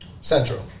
central